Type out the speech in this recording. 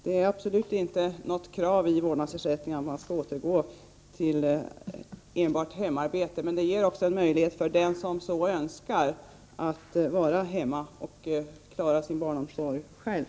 Det finns absolut inte något krav att man skall återgå till enbart hemmaarbete, bundet till vårdnadsersättningen, men vårdnadsersättningen ger också en möjlighet för den som så önskar att vara hemma och klara sin barnomsorg själv.